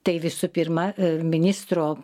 tai visų pirma ministro